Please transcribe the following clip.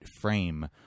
frame